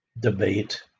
debate